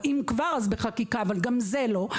אם כבר אז בחקיקה, אבל גם זה לא.